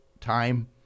time